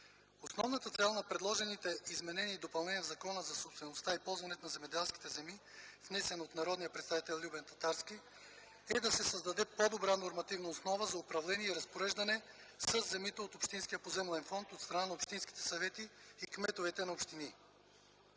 Основната цел на предложените изменения и допълнения в Закона за собствеността и ползването на земеделските земи, внесен от народния представител Любен Татарски, е да се създаде по-добра нормативна основа за управление и разпореждане със земите от общинския поземлен фонд от страна на общинските съвети и кметовете на общини.